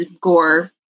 gore